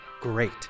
Great